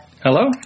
Hello